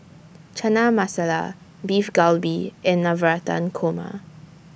Chana Masala Beef Galbi and Navratan Korma